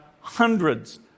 hundreds